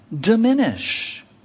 diminish